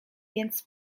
więc